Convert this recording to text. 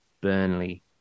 Burnley